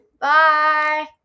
Bye